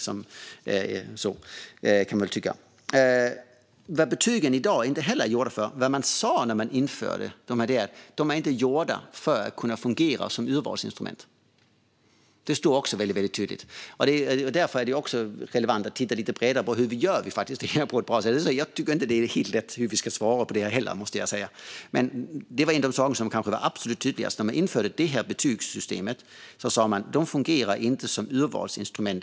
Vad man tydligt sa när man införde detta betygssystem var att betygen inte är gjorda för att fungera som urvalsinstrument eftersom de inte kommer att vara likvärdiga och jämförbara mellan skolor. Därför vore det relevant att titta lite bredare på hur vi ska göra.